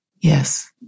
yes